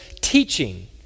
teaching